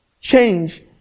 Change